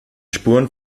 spuren